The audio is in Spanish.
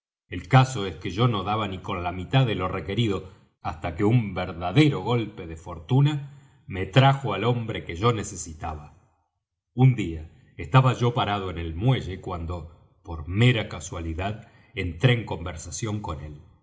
el caso es que yo no daba ni con la mitad de lo requerido hasta que un verdadero golpe de fortuna me trajo al hombre que yo necesitaba un día estaba yo parado en el muelle cuando por mera casualidad entré en conversación con él